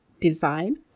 design